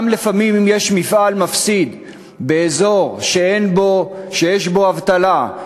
לפעמים גם אם יש מפעל מפסיד באזור שיש בו אבטלה,